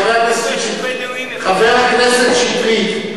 חבר הכנסת שטרית,